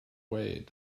wade